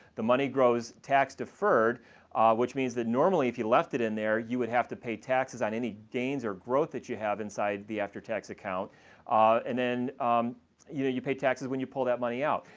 the money grows tax-deferred which means that normally if you left it in there you would have to pay taxes on any gains or growth that you have inside the after tax account and then you know, pay taxes when you pull that money out,